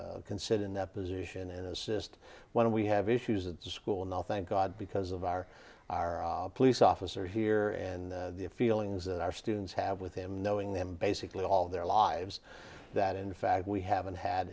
considering that position and assist when we have issues at school now thank god because of our police officer here and the feelings that our students have with him knowing them basically all their lives that in fact we haven't had